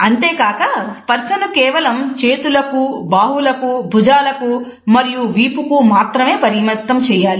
అంతేకాక స్పర్సను కేవలం చేతులకు బాహువులకు భుజాలకు మరియు వీపుకు మాత్రమే పరిమితం చేయాలి